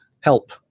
help